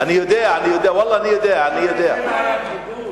היה כיבוש